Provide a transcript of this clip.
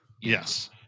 Yes